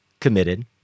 committed